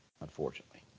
unfortunately